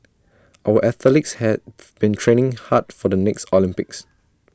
our athletes have been training hard for the next Olympics